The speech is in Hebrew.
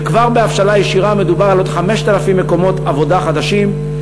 וכבר בהבשלה ישירה מדובר על עוד 5,000 מקומות עבודה חדשים.